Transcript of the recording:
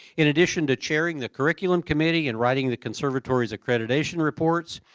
in addition to chairing the curriculum committee and writing the conservatory's accreditation reports,